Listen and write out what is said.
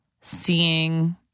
seeing